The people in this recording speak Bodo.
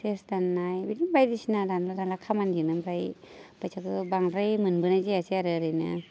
तेक्स दाननाय बिदिनो बायदिसिना दानलु दानला खामानियानो ओमफ्राय फैसाखौ बांद्राय मोनबोनाय जायासै आरो ओरैनो